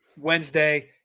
Wednesday